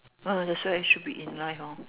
ah that's why it should be in life hor